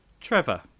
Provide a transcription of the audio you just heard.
Trevor